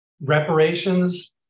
reparations